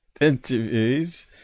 interviews